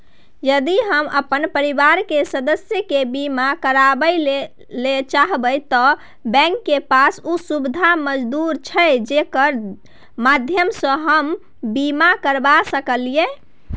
यदि हम अपन परिवार के सदस्य के बीमा करबे ले चाहबे त की बैंक के पास उ सुविधा मौजूद छै जेकर माध्यम सं हम बीमा करबा सकलियै?